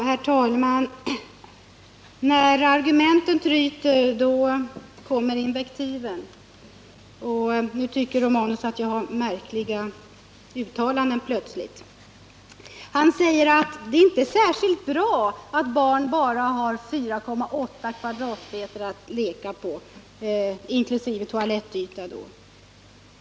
Herr talman! När argumenten tryter, då kommer invektiven. Nu tycker Gabriel Romanus plötsligt att jag gör märkliga uttalanden. Han säger att det inte är särskilt bra att barn bara har 4,8 m2 att leka på — inkl. toalettyta.